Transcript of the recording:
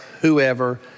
Whoever